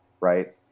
right